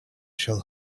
shall